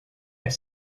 est